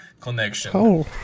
connection